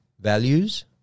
Values